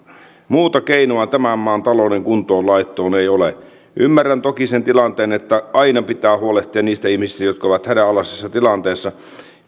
muuta keinoa tämän maan talouden kuntoonlaittoon ei ole ymmärrän toki sen tilanteen että aina pitää huolehtia niistä ihmisistä jotka ovat hädänalaisessa tilanteessa